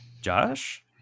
Josh